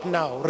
now